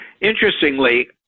interestingly